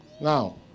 Now